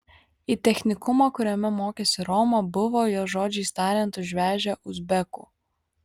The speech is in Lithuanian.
į technikumą kuriame mokėsi roma buvo jos žodžiais tariant užvežę uzbekų